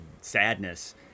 sadness